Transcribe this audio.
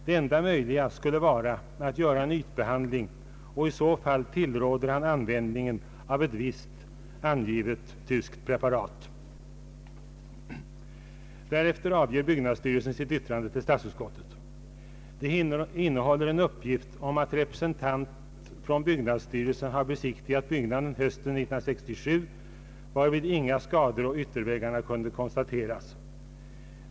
Det enda möjliga skulle vara att göra en ytbehandling, och i så fall tillråder han användningen av ett visst namngivet tyskt preparat. Därefter avger byggnadsstyrelsen sitt yttrande till statsutskottet. Det innehåller en uppgift om att representant för byggnadsstyrelsen besiktigade byggnaden hösten 1967, varvid inga skador på ytterväggarna kunde konstateras.